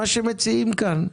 מה שמציעים פה.